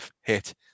hit